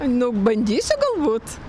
nu bandysiu galbūt